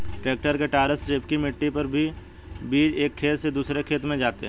tractor के टायरों से चिपकी मिट्टी पर बीज एक खेत से दूसरे खेत में जाते है